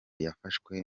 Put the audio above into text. yafashwe